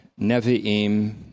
Nevi'im